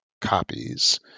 copies